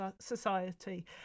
society